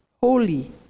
holy